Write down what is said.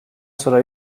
sıra